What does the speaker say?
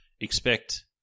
expect